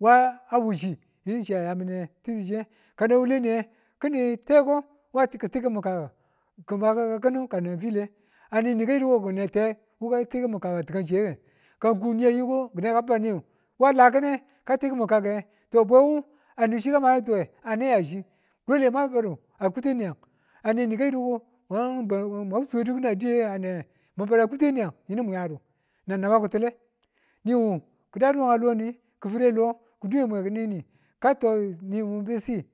wa a wauchi yini chi ayamine titi, chiye kanan wuwule niye kini teko wu ki̱ tikimin kake, ki maka kinu kanan file aneni kayidu ko kina ne niwu kitiki min kaku a tikan chiyewe. Kan n ku niya ayiko neka ban niwalakine ka ti̱kimin kake to bwewu ane chi kama ma tuwe ane ya chi dole mwa lidu a kuten niyan aneni kayiko ka suwedu kina diye anewe ni badu a kuten niyang nan naba ki̱tule ki̱dadu we loni, ki̱ fi̱relo ki̱ dwe mwe ki̱ ni ni. Ka tou ne mun be si.